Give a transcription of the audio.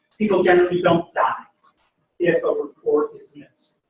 people generally don't die if a report is missed